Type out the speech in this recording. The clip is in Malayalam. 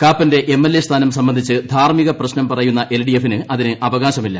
കാപ്പന്റെ എംഎൽഎ സ്ഥാനം സംബന്ധിച്ച് ധാർമിക പ്രശ്നം പറയുന്ന എൽഡിഎഫിന് അതിന് അവകാശമില്ല